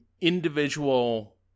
individual